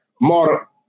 more